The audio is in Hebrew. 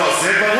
לא, זה ברור.